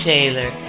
Taylor